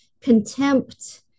contempt